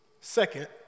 Second